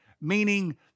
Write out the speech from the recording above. meaning